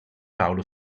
paolo